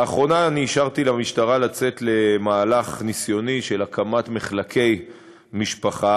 לאחרונה אני אישרתי למשטרה לצאת למהלך ניסיוני של הקמת מחלקי משפחה.